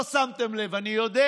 לא שמתם לב, אני יודע,